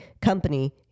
company